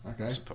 Okay